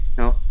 no